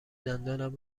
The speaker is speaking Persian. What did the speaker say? دندانم